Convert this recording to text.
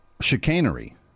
chicanery